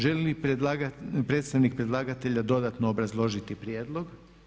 Želi li predstavnik predlagatelja dodatno obrazložiti prijedlog.